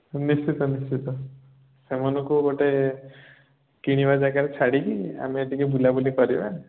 ନିଶ୍ଚିତ ନିଶ୍ଚିତ ସେମାନଙ୍କୁ ଗୋଟେ କିଣିବା ଯାଗାରେ ଛାଡ଼ିକି ଆମେ ଟିକେ ବୁଲାବୁଲି କରିବା